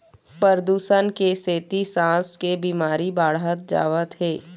परदूसन के सेती सांस के बिमारी बाढ़त जावत हे